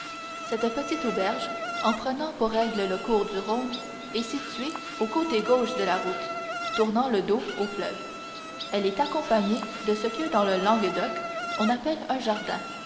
cette petite auberge en prenant pour règle le cours du rhône est située au côté gauche de la route tournant le dos au fleuve elle est accompagnée de ce que dans le languedoc on appelle un jardin